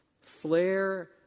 Flare